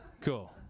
cool